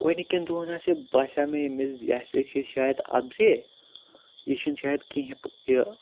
گۄڈنِکٮ۪ن دۄہَن آسے باسے مےٚ یہِ مےٚ زِ یہِ ہَسا چھ شاید اَپزے یہِ چھُنہٕ شاید کِہیٖنۍ یہِ